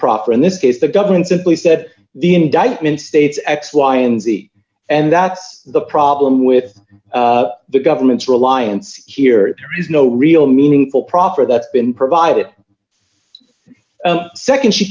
proffer in this case the government simply said the indictment states x y and z and that's the problem with the government's reliance here is no real meaningful proffer that's been provided second she